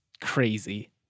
crazy